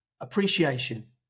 appreciation